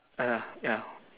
uh ya ya